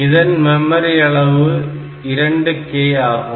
இதன் மெமரி அளவு 2k ஆகும்